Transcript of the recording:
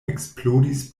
eksplodis